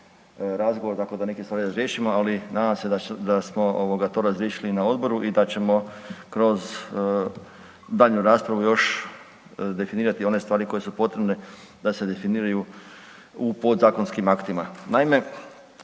razgovor tako da neke stvari razriješimo, ali nadam se da smo to razriješili na odboru i da ćemo kroz daljnju raspravu još definirati one stvari koje su potrebne da se definiraju u podzakonskim aktima. Naime,